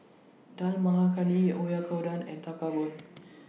Dal Makhani Oyakodon and Tekkadon